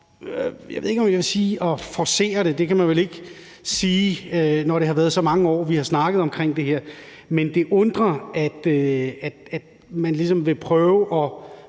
jeg ved ikke, om jeg vil sige at forcere det – det kan man vel ikke sige, når det har været så mange år, vi har snakket om det her – men det undrer en, at man ligesom vil prøve at